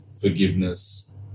forgiveness